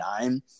nine